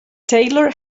taylor